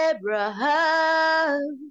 Abraham